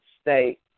state